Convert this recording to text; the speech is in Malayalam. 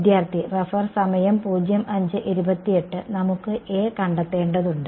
വിദ്യാർത്ഥി നമുക്ക് A കണ്ടെത്തേണ്ടതുണ്ട്